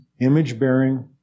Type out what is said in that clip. image-bearing